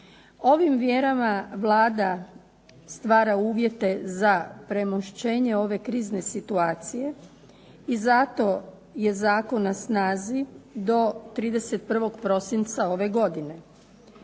Ovim mjerama Vlada stvara uvjete za premošćenje ove krizne situacije i zato je zakon na snazi do 31. prosinca ove godine.